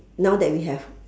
now that we have